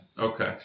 Okay